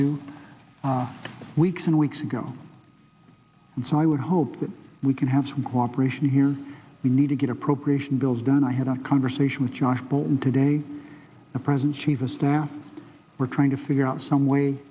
do weeks and weeks ago and so i would hope that we can have some cooperation here we need to get appropriation bills done i had a conversation with josh bolton today the present chief of staff we're trying to figure out some way